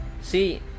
See